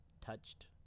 touched